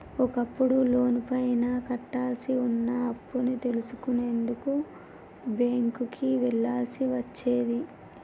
ఒకప్పుడు లోనుపైన కట్టాల్సి వున్న అప్పుని తెలుసుకునేందుకు బ్యేంకుకి వెళ్ళాల్సి వచ్చేది